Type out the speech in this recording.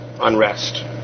unrest